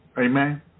Amen